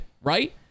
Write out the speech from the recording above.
right